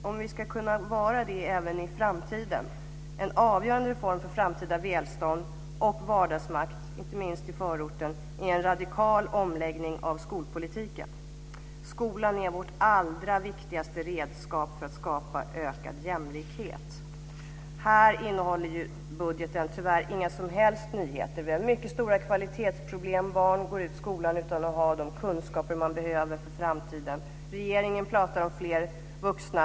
Om vi ska kunna vara det även i framtiden är en avgörande förutsättning för framtida välstånd och vardagsmakt - inte minst i förorten - en radikal omläggning av skolpolitiken. Skolan är vårt allra viktigaste redskap för att skapa ökad jämlikhet. Här innehåller budgeten tyvärr inga som helst nyheter. Det finns oerhört stora kvalitetsproblem. Barn går ut skolan utan att ha de kunskaper som de behöver inför framtiden. Regeringen pratar om fler vuxna i skolan.